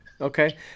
Okay